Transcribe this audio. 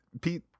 pete